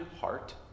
heart